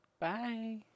Bye